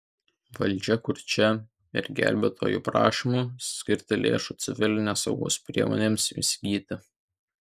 valdžia kurčia ir gelbėtojų prašymui skirti lėšų civilinės saugos priemonėms įsigyti